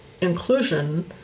inclusion